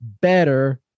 better